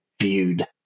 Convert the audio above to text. viewed